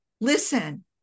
listen